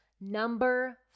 Number